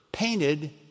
painted